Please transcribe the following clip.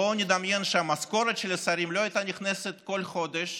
בואו נדמיין שהמשכורת של השרים לא הייתה נכנסת כל חודש